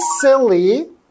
silly